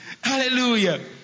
Hallelujah